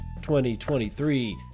2023